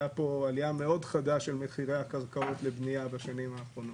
הייתה פה עלייה מאוד חדה של מחירי הקרקעות לבנייה בשנים האחרונות,